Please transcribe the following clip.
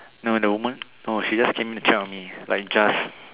no the woman no she just came in to tell me like just